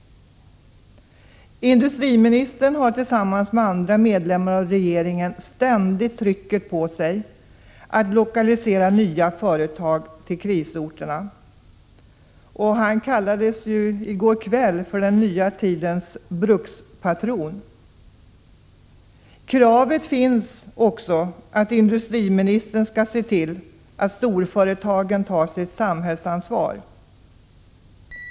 Industriministern har tillsammans med andra medlemmar av regeringen ständigt trycket på sig att lokalisera nya företag till krisorterna — i går kväll kallades han för den nya tidens brukspatron. Kravet finns också på att industriministern skall se till att storföretagen tar sitt samhällsansvar.